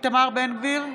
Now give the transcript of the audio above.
איתמר בן גביר,